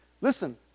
Listen